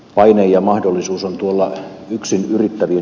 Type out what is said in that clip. paine ja mahdollisuus tulla yksin yrittävien